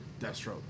Deathstroke